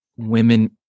women